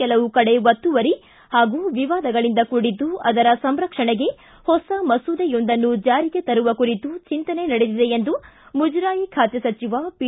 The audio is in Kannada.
ಕೆಲವು ಕಡೆ ಒತ್ತುವರಿ ಹಾಗೂ ಕೆಲವು ಕಡೆ ವಿವಾದಗಳಿಂದ ಕೂಡಿದ್ದು ಅದರ ಸಂರಕ್ಷಣೆಗೆ ಹೊಸ ಮಸೂದೆಯೊಂದನ್ನು ಜಾರಿಗೆ ತರುವ ಕುರಿತು ಚಿಂತನೆ ನಡೆದಿದೆ ಎಂದು ಮುಜರಾಯಿ ಖಾತೆ ಸಚಿವ ಪಿ